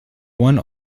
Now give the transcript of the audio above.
one